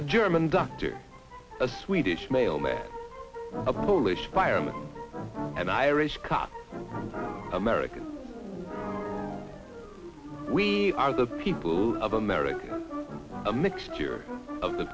a german doctor a swedish mailman a polish fireman and irish cut american we are the people of america a mixture of the